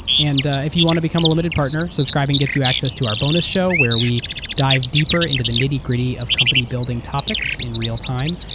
and if you want to become a limited partner, subscribing gets you access to our bonus show where we dive deeper into the nitty-gritty of company building topics in real-time.